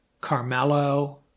Carmelo